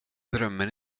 drömmer